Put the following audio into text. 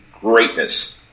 greatness